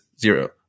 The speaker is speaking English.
zero